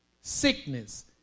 sickness